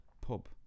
pub